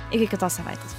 iki kitos savaitės